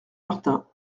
martin